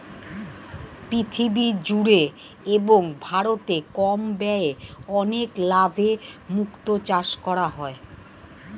পৃথিবী জুড়ে এবং ভারতে কম ব্যয়ে অনেক লাভে মুক্তো চাষ করা হয়